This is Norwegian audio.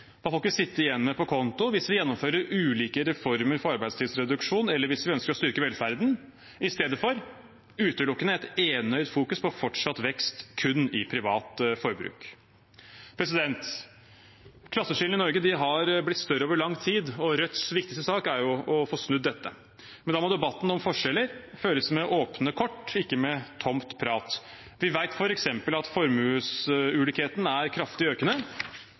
folk vil sitte igjen med på konto hvis vi gjennomfører ulike reformer for arbeidstidsreduksjon, eller hvis vi ønsker å styrke velferden, istedenfor utelukkende et enøyd fokus på fortsatt vekst kun i privat forbruk. Klasseskillene i Norge har blitt større over lang tid. Rødts viktigste sak er å få snudd dette, men da må debatten om forskjeller føres med åpne kort, ikke med tomt prat. Vi vet f.eks. at formuesulikheten er kraftig økende,